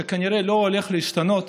שכנראה לא הולך להשתנות,